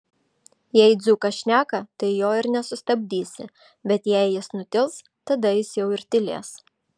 jei dzūkas šneka tai jo ir nesustabdysi bet jei jis nutils tada jis jau ir tylės